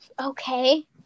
okay